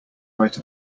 write